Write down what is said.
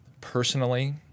personally